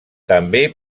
també